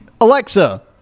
Alexa